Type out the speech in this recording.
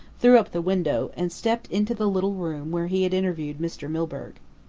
threw up the window, and stepped into the little room where he had interviewed mr. milburgh.